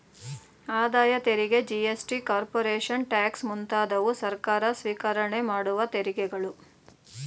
ಆದಾಯ ತೆರಿಗೆ GST, corporation tax ಮುಂತಾದವು ಸರ್ಕಾರ ಸ್ವಿಕರಣೆ ಮಾಡುವ ತೆರಿಗೆಗಳು